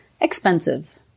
expensive